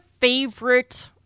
favorite